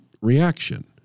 reaction